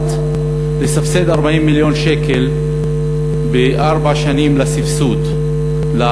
הוחלט לסבסד 40 מיליון שקל בארבע שנים לביטוח,